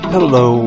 Hello